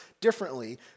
differently